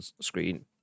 screen